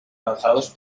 lanzados